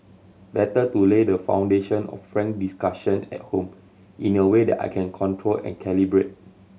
better to lay the foundation of frank discussion at home in a way that I can control and calibrate